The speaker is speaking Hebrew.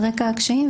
על רקע הקשיים,